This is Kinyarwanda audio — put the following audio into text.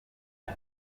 bwa